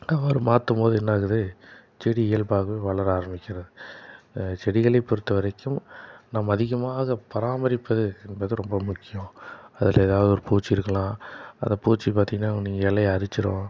அவ்வாறு மாற்றும்போது என்ன ஆகுது செடி இயல்பாகவே வளர ஆரமிக்கிறது செடிகளை பொறுத்த வரைக்கும் நம்ம அதிகமாக பராமரிப்பது என்பது ரொம்ப முக்கியம் அதில் எதாவது ஒரு பூச்சி இருக்கலாம் அந்த பூச்சி பார்த்தீங்கன்னா நீ இலைய அரிச்சிரும்